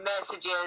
messages